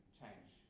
change